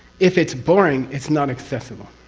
if it's boring it's not accessible.